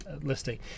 listing